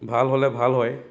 ভাল হ'লে ভাল হয়